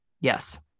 yes